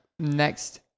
next